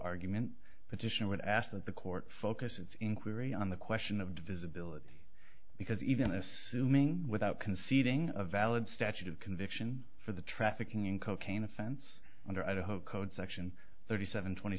argument petitioner would ask that the court focus its inquiry on the question of visibility because even assuming without conceding a valid statute of conviction for the trafficking in cocaine offense under idaho code section thirty seven twenty